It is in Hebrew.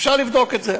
אפשר לבדוק את זה.